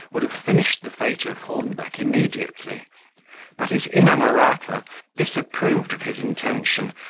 would have finished the fate of hornbeck immediately but his inamorata disapproved of his intention,